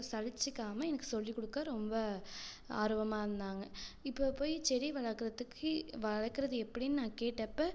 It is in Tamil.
சலிச்சுக்காமல் எனக்கு சொல்லிக் கொடுக்க ரொம்ப ஆர்வமாக இருந்தாங்கள் இப்போ போய் செடி வளர்க்கறதுக்கு வளர்க்கறது எப்படின்னு நான் கேட்டப்போ